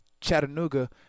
Chattanooga